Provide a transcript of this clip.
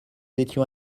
étions